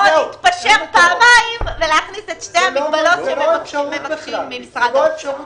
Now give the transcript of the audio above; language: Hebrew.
או להתפשר פעמיים ולהכניס את שתי המגבלות שמבקשים משרד האוצר.